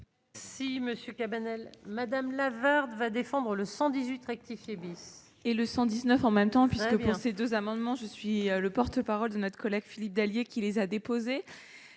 Si Monsieur Cabanel, Madame Lavarde va défendre le 118 rectifié bis. Et le 119 en même temps, puisque pour ces 2 amendements, je suis le porte-parole de notre collègue Philippe Dallier, qui les a déposés,